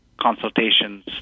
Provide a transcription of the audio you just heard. consultations